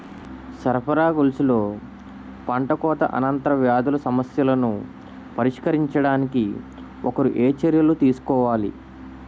సరఫరా గొలుసులో పంటకోత అనంతర వ్యాధుల సమస్యలను పరిష్కరించడానికి ఒకరు ఏ చర్యలు తీసుకోవాలి?